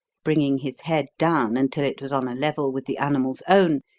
bringing his head down until it was on a level with the animal's own,